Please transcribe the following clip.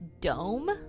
dome